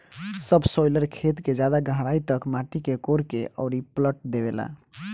subsoiler खेत के ज्यादा गहराई तक माटी के कोड़ के अउरी पलट देवेला